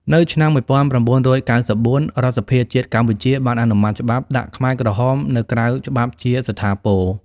នៅឆ្នាំ១៩៩៤ រដ្ឋសភាជាតិកម្ពុជាបានអនុម័តច្បាប់ដាក់ខ្មែរក្រហមនៅក្រៅច្បាប់ជាស្ថាពរ។